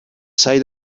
sai